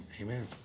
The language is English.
amen